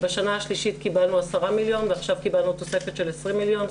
בשנה השלישית קיבלנו 10 מיליון ועכשיו קיבלנו תוספת של 20 מיליון,